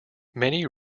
many